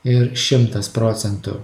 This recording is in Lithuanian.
ir šimtas procentų